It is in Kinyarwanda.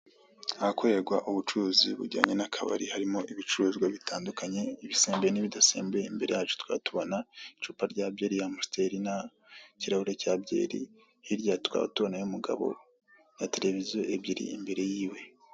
Ahakorerwa ubucuruzi bujyanye n'akabari harimo ibicuruzwa bitandukanye ibisembuye n'ibidasembuye, imbere yacu tukaba tubona icupa rya amusteri na kirahuri cya byeri hirya tukaba tubonayo umugabo na televiziyo ebyiri imbere yiwe.